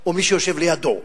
או מי שיושב לידו.